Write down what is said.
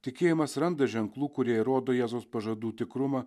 tikėjimas randa ženklų kurie rodo jėzaus pažadų tikrumą